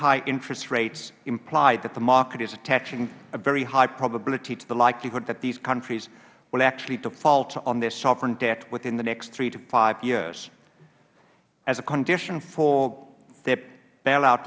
high interest rates imply that the market is attaching a very high probability to the likelihood that these countries will actually default on their sovereign debt within the next three to five years as a condition for the bailout